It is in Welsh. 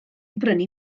brynu